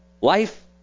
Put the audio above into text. life